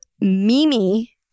Mimi